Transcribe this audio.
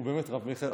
הוא באמת רב-מכר.